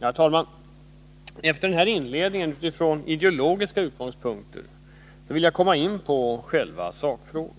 Herr talman! Efter denna inledning utifrån ideologiska utgångspunkter vill jag komma in på själva sakfrågan.